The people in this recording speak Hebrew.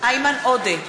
איימן עודה,